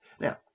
Now